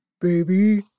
baby